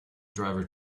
driver